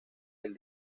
del